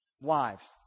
Wives